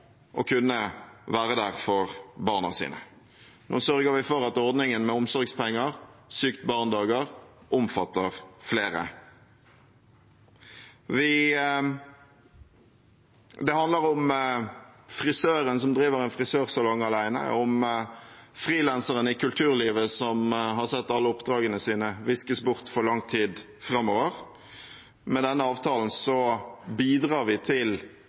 å kunne være der for barna sine. Nå sørger vi for at ordningen med omsorgspenger, sykt barn-dager omfatter flere. Det handler om frisøren som driver en frisørsalong alene, om frilanseren i kulturlivet som har sett alle oppdragene sine viskes bort for lang tid framover. Med denne avtalen bidrar vi til